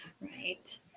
right